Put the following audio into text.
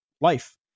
life